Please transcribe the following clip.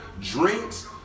drinks